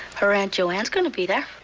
her aunt joanne's gonna be there.